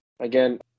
Again